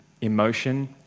emotion